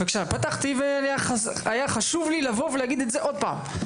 פתחתי והיה חשוב לי לבוא ולהגיד את זה עוד פעם,